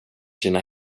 sina